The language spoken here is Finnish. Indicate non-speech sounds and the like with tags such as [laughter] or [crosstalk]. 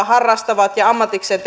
[unintelligible] harrastavia ja ja ammatikseen [unintelligible]